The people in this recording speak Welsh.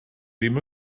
ddim